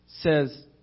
says